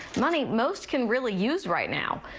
money most can really use right now.